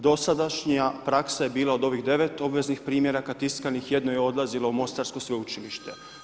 Dosadašnja praksa je bila od ovim 9 obveznik primjeraka tiskanih, jedno je odlazilo u mostarsko sveučilište.